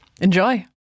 Enjoy